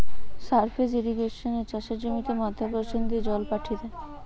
surface ইর্রিগেশনে চাষের জমিতে মাধ্যাকর্ষণ দিয়ে জল পাঠি দ্যায়